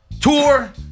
Tour